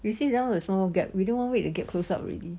you see now there's no more gap within one week the gap close up already